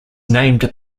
named